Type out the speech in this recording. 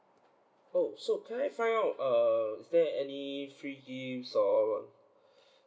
oh so can I find out err is there any free gifts or